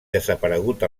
desaparegut